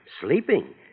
Sleeping